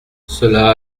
cela